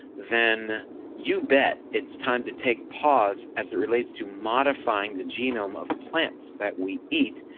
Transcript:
then you bet it's time to take pause as it relates to modifying the genome of plants that we eat,